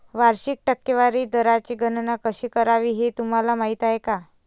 वार्षिक टक्केवारी दराची गणना कशी करायची हे तुम्हाला माहिती आहे का?